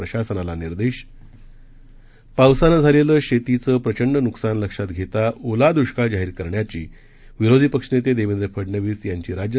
प्रशासनाला निर्देश पावसानं झालेलं शेतीचं प्रचंड नुकसान लक्षात घेता ओला दुष्काळ जाहीर करण्याची विरोधी पक्ष नेते देवेंद्र फडनवीस यांची राज्य